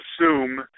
assume